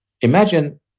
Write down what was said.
Imagine